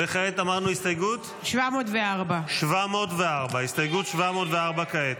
כעת, הסתייגות 704. הסתייגות 704 לא נתקבלה.